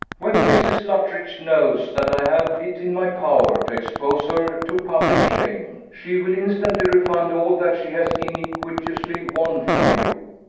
when mrs. luttridge knows that i have it in my power to expose her to public shame, she will instantly refund all that she has iniquitously won from you.